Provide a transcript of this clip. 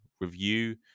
review